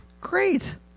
Great